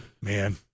Man